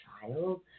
child